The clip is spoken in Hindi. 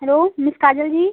hello miss Kajal ji